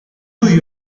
new